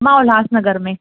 मां उल्हासनगर में